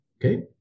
Okay